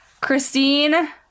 Christine